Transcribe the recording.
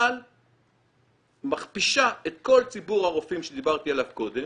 אבל מכפישה את כל ציבור הרופאים שדיברתי עליו קודם